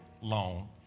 loan